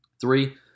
Three